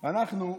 אנחנו,